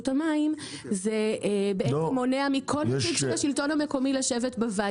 המים זה בעצם מונע מכל נציג של השלטון המקומי לשבת בוועדה?